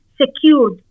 secured